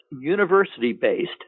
university-based